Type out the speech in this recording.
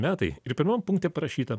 metai ir pirmam punkte parašyta